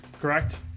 correct